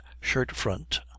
shirt-front